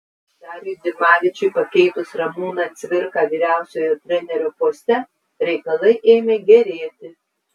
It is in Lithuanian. dariui dimavičiui pakeitus ramūną cvirką vyriausiojo trenerio poste reikalai ėmė gerėti